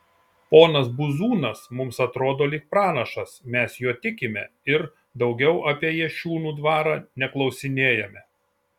ponas buzūnas mums atrodo lyg pranašas mes juo tikime ir daugiau apie jašiūnų dvarą neklausinėjame